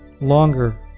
longer